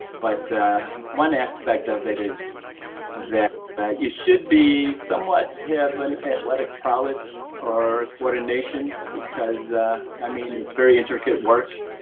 but one aspect of it is that you should be somewhat have an athletic prowess or coordination because i mean, it's very intricate work.